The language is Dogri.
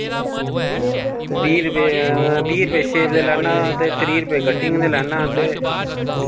बीह् रपेऽ बीह् रपेऽ शेप दे लैन्ना ते त्रीह् रपेऽ कट्टिंग दे लैन्ना ते